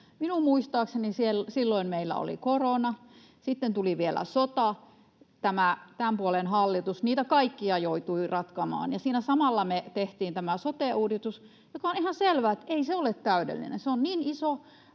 Minun muistaakseni silloin meillä oli korona, sitten tuli vielä sota. Tämä tämänpuoleinen hallitus niitä kaikkia joutui ratkomaan, ja siinä samalla me tehtiin tämä sote-uudistus, josta on ihan selvää, että ei se ole täydellinen. Se on niin iso